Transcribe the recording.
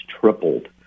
tripled